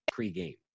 pregame